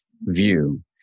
view